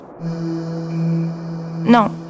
No